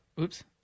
Oops